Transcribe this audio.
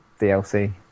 dlc